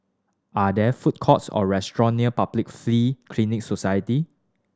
are there food courts or restaurant near Public Free Clinic Society